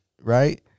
right